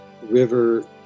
river